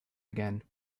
again